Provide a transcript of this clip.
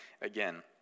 again